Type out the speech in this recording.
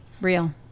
real